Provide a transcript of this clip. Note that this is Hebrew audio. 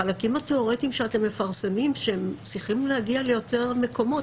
החלקים התיאורטיים שאתם מפרסמים צריכים להגיע ליותר מקומות.